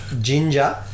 ginger